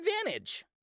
advantage